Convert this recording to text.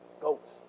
Goats